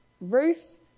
Ruth